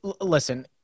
listen –